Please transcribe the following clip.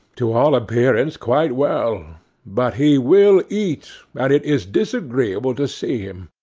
to all appearance quite well but he will eat, and it is disagreeable to see him.